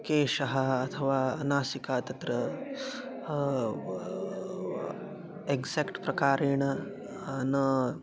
केशः अथवा नासिका तत्र एक्साक्ट् प्रकारेण न